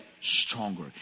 stronger